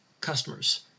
customers